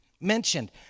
mentioned